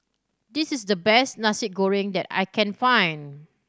this is the best Nasi Goreng that I can find